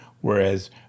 whereas